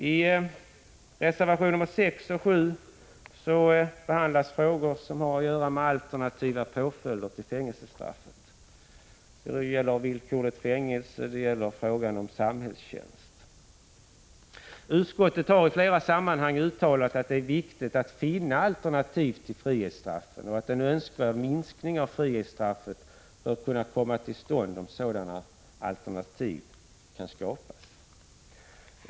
I reservationerna 6 och 7 behandlas frågor som har att göra med alternativa påföljder till fängelsestraffet. Det gäller villkorligt fängelse, och det gäller frågan om samhällstjänst. Utskottet har i flera sammanhang uttalat att det är viktigt att finna alternativ till frihetsstraffen och att en önskvärd minskning av frihetsstraffet bör kunna komma till stånd, om sådana alternativ kan skapas.